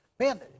Man